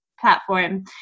platform